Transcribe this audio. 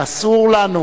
ואסור לנו,